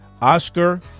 Oscar